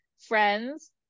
friends